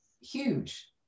huge